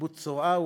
קיבוץ צרעה,